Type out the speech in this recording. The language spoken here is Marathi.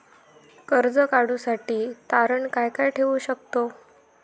कर्ज काढूसाठी तारण काय काय ठेवू शकतव?